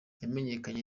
yamenyekanye